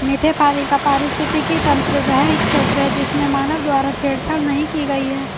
मीठे पानी का पारिस्थितिकी तंत्र वह क्षेत्र है जिसमें मानव द्वारा छेड़छाड़ नहीं की गई है